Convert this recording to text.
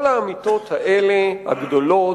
כל האמיתות האלה, הגדולות,